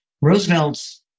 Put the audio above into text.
Roosevelt's